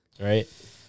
right